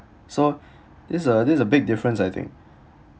so it's a it's a big difference I think